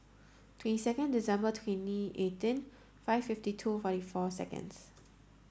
twenty second December twenty eighteen five fifty two forty four seconds